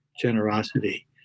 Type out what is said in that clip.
generosity